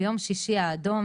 ביום שישי האדום